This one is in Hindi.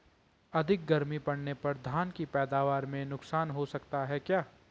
अधिक गर्मी पड़ने पर धान की पैदावार में नुकसान हो सकता है क्या?